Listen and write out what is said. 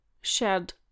shed